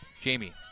Jamie